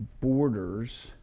borders